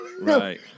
Right